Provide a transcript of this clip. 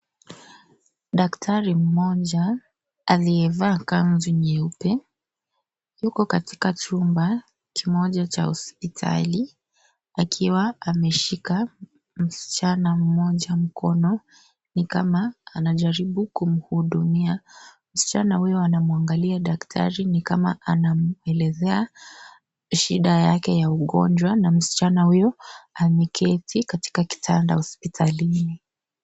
Daktari mmoja aliyevaa kanzu nyeupe yuko katika chumba kimoja cha hospitali; akiwa ameshika msichana mmoja mkono. Ni kama anajaribu kumhudumia. Msichana huyo anamwangalia daktari ni kama anamwelezea shida yake ya ugonjwa. Na msichana huyo ameketi katika kitanda hospitalini.